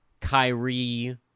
Kyrie